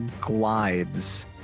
glides